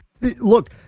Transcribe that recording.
look